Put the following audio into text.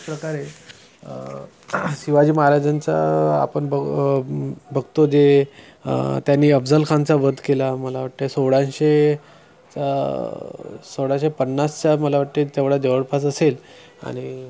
त्याचप्रकारे शिवाजी महाराजांचा आपण ब बघतो जे त्यांनी अफजल खानचा बध केला मला वाटते सोळाशे सोळाशे पन्नासचा मला वाटते तेवढा जवळपास असेल आणि